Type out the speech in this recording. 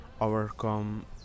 overcome